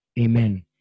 Amen